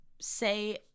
say